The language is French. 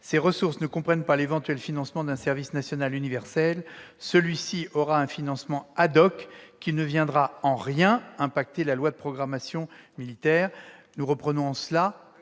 Ces ressources ne comprennent pas l'éventuel financement d'un service national universel : celui-ci aura un financement qui ne viendra en rien impacter la loi de programmation militaire. » C'est clair